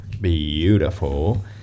beautiful